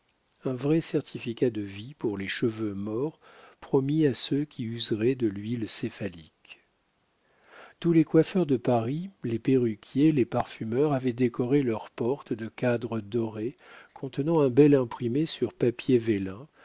un vrai certificat de vie pour les cheveux morts promis à ceux qui useraient de l'huile céphalique tous les coiffeurs de paris les perruquiers les parfumeurs avaient décoré leurs portes de cadres dorés contenant un bel imprimé sur papier vélin